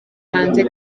hanze